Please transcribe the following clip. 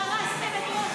דרסתם את ראש